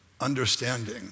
understanding